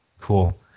Cool